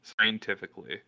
scientifically